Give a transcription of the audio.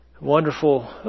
wonderful